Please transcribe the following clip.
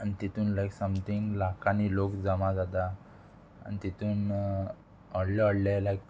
आनी तितून लायक समथींग लाखांनी लोक जमा जाता आनी तितून व्हडले व्हडले लायक